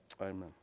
Amen